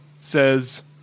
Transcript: says